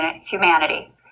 humanity